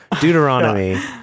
Deuteronomy